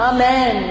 Amen